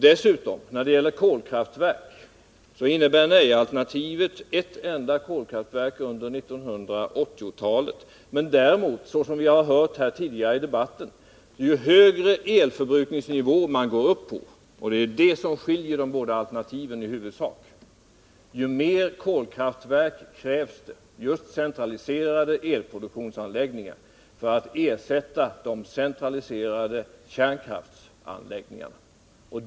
Dessutom vill jag poängtera att nej-alternativet innefattar kol motsvaran de ett enda kärnkraftverk under 1980-talet. Däremot förhåller det sig så, som vi har hört tidigare i debatten, att ju högre elförbrukningsnivå man går upp på — och det är detta som skiljer de båda alternativen i huvudsak — desto fler kolkraftverk krävs det. Det behövs just centraliserade elproduktionsanläggningar för att ersätta de centraliserade kärnkraftsanläggningarna.